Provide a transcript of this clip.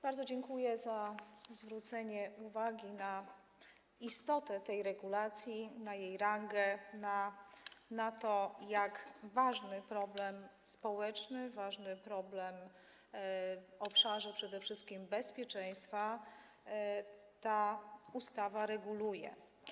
Bardzo dziękuję za zwrócenie uwagi na istotę tej regulacji, na jej rangę, na to, jak ważny problem społeczny, ważny problem w obszarze przede wszystkim bezpieczeństwa ta ustawa reguluje.